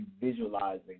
visualizing